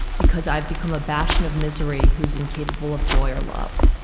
because i've become a bastion of misery who is incapable of joy or love.